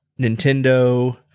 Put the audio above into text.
Nintendo